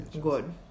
Good